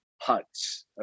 huts